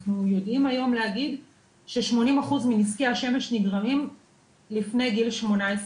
אנחנו יודעים היום להגיד ש-80% מנזקי השמש נגרמים לפני גיל 18,